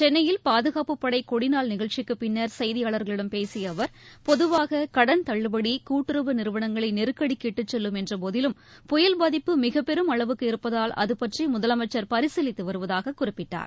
சென்னையில் பாதுகாப்புப்படை கொடிநாள் நிகழ்ச்சிக்கு பின்னர் செய்தியாளர்களிடம் பேசிய அவர் பொதுவாக கடன் தள்ளுபடி கூட்டுறவு நிறுவனங்களை நெருக்கடிக்கு இட்டுச்செல்லும் என்ற போதிலும் புயல் பாதிப்பு மிகப்பெரும் அளவுக்கு இருப்பதால் அது பற்றி முதலமைச்சர் பரிசீலித்து வருவதாக குறிப்பிட்டார்